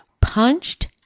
punched